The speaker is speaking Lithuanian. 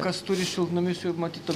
kas turi šiltnamius jau matyt